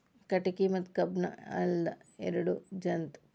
ಕಟಗಿ ಮತ್ತ ಕಬ್ಬನ್ದ್ ಹಲ್ಲ ಇರು ಜಂತ್ ಕುಂಟಿ ಇವ ಎರಡ ನಮೋನಿ ಬರ್ತಾವ ಸಣ್ಣು ದೊಡ್ಡು